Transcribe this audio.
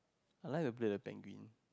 I like to play the penguin